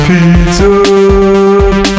Pizza